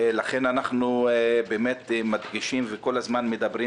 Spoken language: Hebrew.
לכן אנחנו באמת מדגישים וכל הזמן מדברים